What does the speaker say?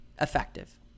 effective